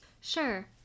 Sure